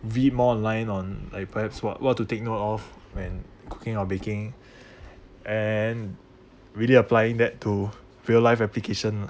read more online on like perhaps what what to take note of when cooking or baking and really applying that to real life application